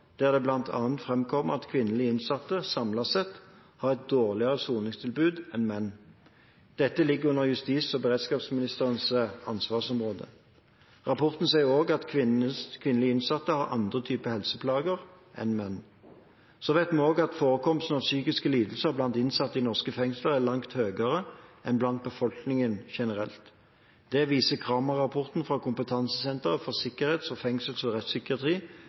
der det bl.a. framkommer at kvinnelige innsatte samlet sett har et dårligere soningstilbud enn menn. Dette ligger under justis- og beredskapsministerens ansvarsområde. Rapporten sier også at kvinnelige innsatte har andre typer helseplager enn menn. Så vet vi også at forekomsten av psykiske lidelser blant innsatte i norske fengsler er langt høyere enn blant befolkningen generelt. Det viser Cramer-rapporten fra Kompetansesenter for sikkerhets-, fengsels- og rettspsykiatri